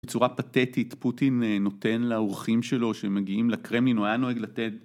בצורה פתטית, פוטין נותן לאורחים שלו שמגיעים לקרמלין, הוא היה נוהג לתת